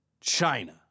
China